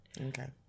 Okay